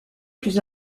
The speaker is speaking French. plus